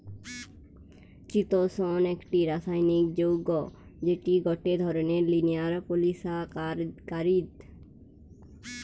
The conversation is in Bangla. চিতোষণ একটি রাসায়নিক যৌগ্য যেটি গটে ধরণের লিনিয়ার পলিসাকারীদ